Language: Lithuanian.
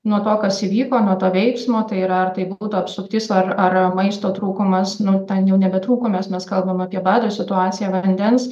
nuo to kas įvyko nuo to veiksmo tai yra ar tai būtų apsuptis ar ar maisto trūkumas nu ten jau nebe trūkumus nes kalbam apie bado situaciją vandens